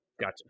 Gotcha